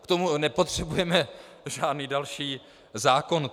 K tomu nepotřebujeme žádný další zákon.